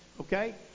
okay